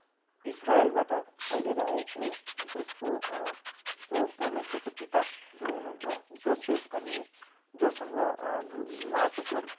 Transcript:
इजरायलबाट फैलिएर आएको हो जसको जो परमेश्वरको पिता जो हुनुहुन्छ जोसेफ अनि जोसँग उहाँको जो